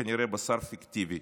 כנראה בשר פיקטיבי,